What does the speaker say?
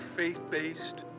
faith-based